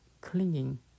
clinging